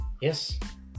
Yes